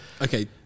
okay